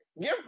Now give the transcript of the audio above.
Give